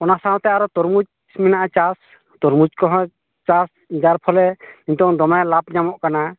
ᱚᱱᱟ ᱥᱟᱶᱛᱮ ᱟᱨᱚ ᱛᱚᱨᱢᱩᱡᱽ ᱢᱮᱱᱟᱜᱼᱟ ᱪᱟᱥ ᱛᱚᱨᱢᱩᱡᱽ ᱠᱚᱦᱚᱸ ᱪᱟᱥ ᱡᱟᱨᱯᱷᱚᱞᱮ ᱱᱤᱛᱳᱜ ᱫᱚᱢᱮ ᱞᱟᱵᱷ ᱧᱟᱢᱚᱜ ᱠᱟᱱᱟ